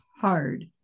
hard